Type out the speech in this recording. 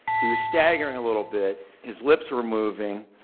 he was staggering a little bit. his lips were moving,